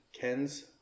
Ken's